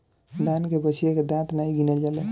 दान के बछिया के दांत नाइ गिनल जाला